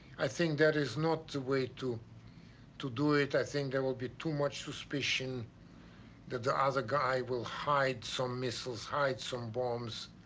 i think that is not the way to do it. i think there will be too much suspicion that the other guy will hide some missiles, hide some bombs,